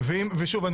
ושוב,